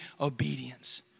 obedience